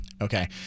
Okay